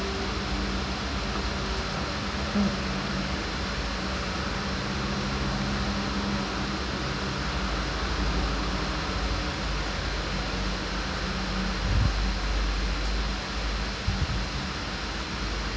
mm